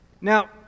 Now